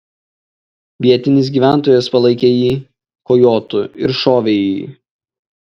vietinis gyventojas palaikė jį kojotu ir šovė į jį